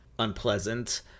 unpleasant